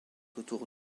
autour